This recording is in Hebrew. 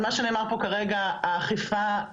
על מה שנאמר פה כרגע על האכיפה,